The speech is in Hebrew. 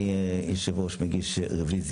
אני, היושב ראש, מגיש רביזיה